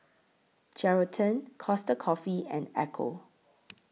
Geraldton Costa Coffee and Ecco